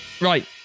Right